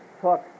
took